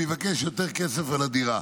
ויבקש יותר כסף על הדירה.